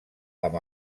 amb